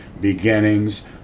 beginnings